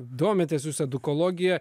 domitės jūs edukologija